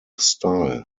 style